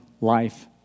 life